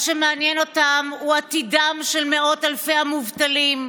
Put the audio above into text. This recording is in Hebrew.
מה שמעניין אותם הוא עתידם של מאות אלפי המובטלים,